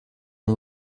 and